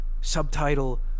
subtitle